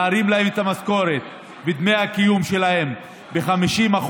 להרים את המשכורת ואת דמי הקיום שלהם ב-50%.